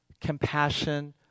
compassion